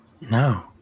No